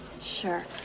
Sure